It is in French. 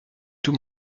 tout